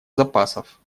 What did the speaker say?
запасов